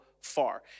far